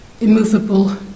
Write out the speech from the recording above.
immovable